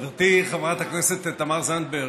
חברתי חברת הכנסת תמר זנדברג,